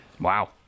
Wow